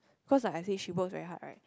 cause like I say she works very hard right